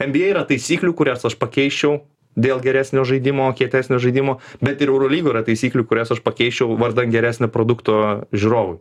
nba yra taisyklių kurias aš pakeisčiau dėl geresnio žaidimo kietesnio žaidimo bet ir eurolygoj yra taisyklių kurias aš pakeisčiau vardan geresnio produkto žiūrovui